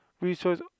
Resource